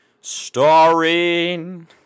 starring